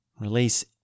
Release